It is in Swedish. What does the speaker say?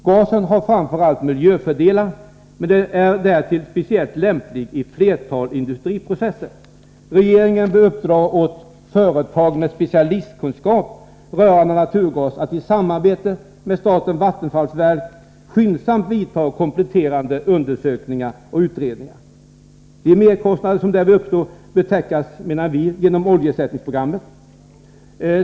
Gasen har framför allt miljöfördelar men är därtill speciellt lämplig i ett flertal industriprocesser. Regeringen bör uppdra åt företag med specialistkunskap rörande naturgas att i samarbete med statens vattenfallsverk skyndsamt vidta kompletterande undersökningar och utredningar. De merkostnader som därvid uppstår bör täckas, menar vi, inom oljeersättningsprogrammet.